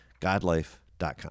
godlife.com